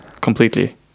completely